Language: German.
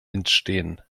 entstehen